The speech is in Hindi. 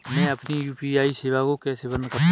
मैं अपनी यू.पी.आई सेवा को कैसे बंद कर सकता हूँ?